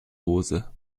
hose